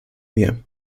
mir